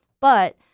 But-